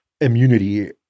immunity